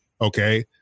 okay